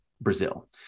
brazil